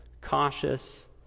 cautious